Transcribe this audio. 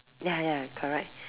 ya ya correct